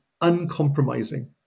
uncompromising